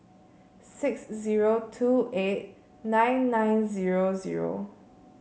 six zero two eight nine nine zero zero